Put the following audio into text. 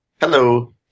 Hello